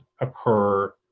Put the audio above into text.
occur